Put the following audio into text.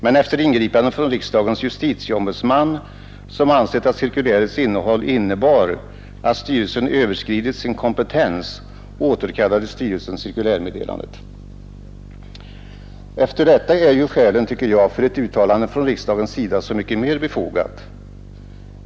Men efter ingripande från riksdagens justitieombudsman, som ansett att cirkulärets innehåll innebar att styrelsen överskridit sin kompetens, återkallade styrelsen cirkulärmeddelandet. Efter detta är ju, tycker jag, ett uttalande från riksdagens sida så mycket mer befogat.